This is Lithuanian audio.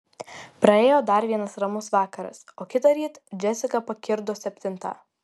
praėjo dar vienas ramus vakaras o kitąryt džesika pakirdo septintą